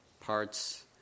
parts